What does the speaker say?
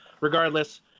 regardless